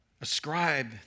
Ascribe